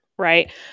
right